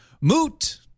moot